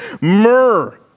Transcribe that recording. myrrh